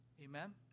Amen